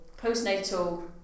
postnatal